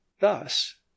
thus